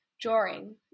drawing